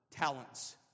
talents